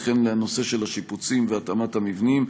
וכן לנושא של השיפוצים והתאמת המבנים.